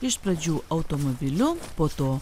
iš pradžių automobiliu po to